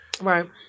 Right